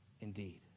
indeed